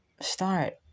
start